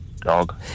Dog